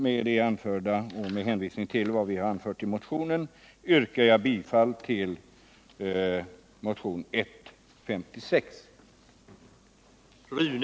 Med det anförda och med hänvisning till vad vi uttalat i motionen 156 yrkar jag bifall till denna motion.